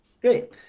Great